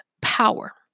power